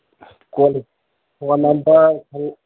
call phone number